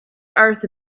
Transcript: earth